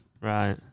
Right